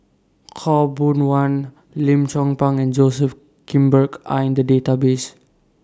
Khaw Boon Wan Lim Chong Pang and Joseph Grimberg Are in The Database